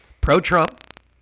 pro-Trump